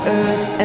earth